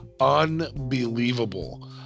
unbelievable